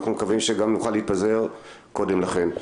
אנחנו מקווים שנוכל להתפזר קודם לכן.